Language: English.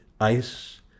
ice